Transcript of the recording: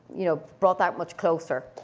you know, brought that much closer?